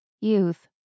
youth